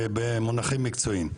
במונחים מקצועיים,